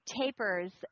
tapers